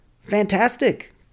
fantastic